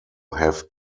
have